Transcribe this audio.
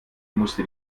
musste